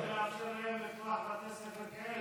אתה לא צריך לאפשר להם לפתוח בתי ספר כאלה.